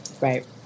right